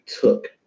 took